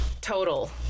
total